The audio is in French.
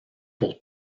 pour